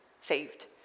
saved